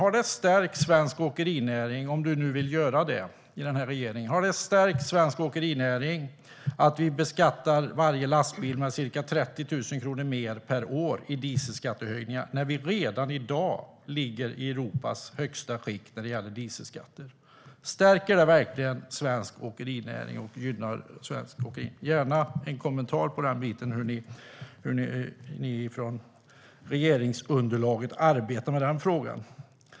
Har det stärkt svensk åkerinäring, om du nu vill göra det i regeringen, att vi beskattar varje lastbil med ca 30 000 kronor mer per år i dieselskattehöjningar när vi redan i dag ligger i Europas högsta skikt för dieselskatter? Stärker det verkligen svensk åkerinäring och gynnar den? Jag vill gärna ha en kommentar om hur ni i regeringsunderlaget arbetar med den frågan.